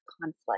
conflict